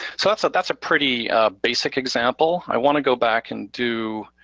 so that's ah that's a pretty basic example. i wanna go back and do